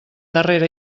darrera